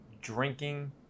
drinking